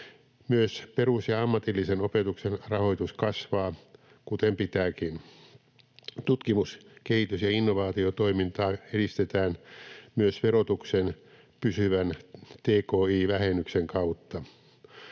Myös perus- ja ammatillisen opetuksen rahoitus kasvaa, kuten pitääkin. Tutkimus-, kehitys- ja innovaatiotoimintaa edistetään myös verotuksen pysyvän tki-vähennyksen kautta.